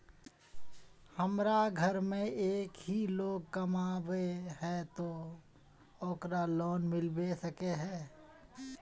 हमरा घर में एक ही लोग कमाबै है ते ओकरा लोन मिलबे सके है?